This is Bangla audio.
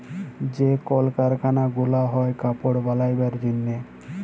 যে কল কারখালা গুলা হ্যয় কাপড় বালাবার জনহে